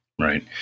Right